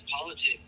politics